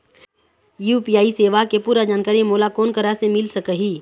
UPI सेवा के पूरा जानकारी मोला कोन करा से मिल सकही?